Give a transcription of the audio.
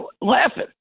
laughing